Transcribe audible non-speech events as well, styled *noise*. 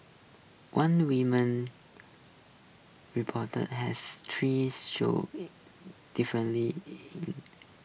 one woman reportedly has three showing *hesitation* differently *unintelligible*